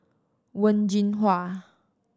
Wen Jinhua